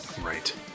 Right